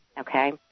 Okay